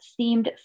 themed